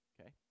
Okay